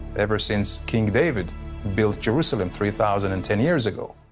ever since king david built jerusalem three thousand and ten years ago.